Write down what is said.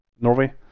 Norway